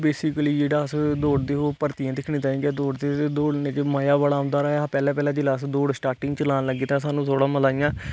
basically जेहड़ा अस दौड़दे है भर्तियै दिक्खने तांई गै दौड़दे दौडने च मजा बड़ा औंदा रेहा पैहले पैहले जिसले अस